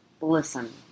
Listen